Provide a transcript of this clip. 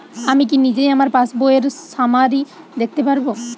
আমি কি নিজেই আমার পাসবইয়ের সামারি দেখতে পারব?